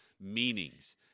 meanings